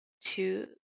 two